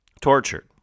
tortured